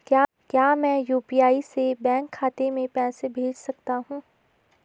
क्या मैं यु.पी.आई से बैंक खाते में पैसे भेज सकता हूँ?